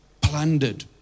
plundered